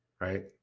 right